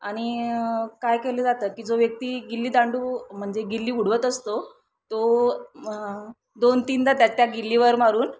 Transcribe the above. आणि काय केलं जातं की जो व्यक्ती गिल्लीदांडू म्हणजे गिल्ली उडवत असतो तो म दोन तीनदा त्या त्या गिल्लीवर मारून